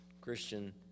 Christian